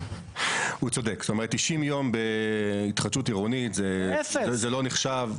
90 ימים בהתחדשות עירונית זה לא נחשב,